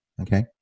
Okay